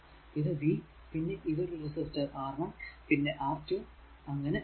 ഇത് v പിന്നെ ഇത് ഒരു റെസിസ്റ്റർ R 1 പിന്നെ R 2 അങ്ങനെ R n